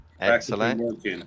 Excellent